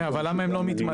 אבל למה הם לא מתמלאים?